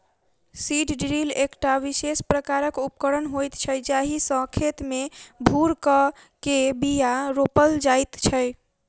seed drill एकटा विशेष प्रकारक उपकरण होइत छै जाहि सॅ खेत मे भूर क के बीया रोपल जाइत छै